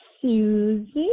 Susie